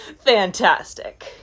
Fantastic